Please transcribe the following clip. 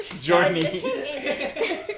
journey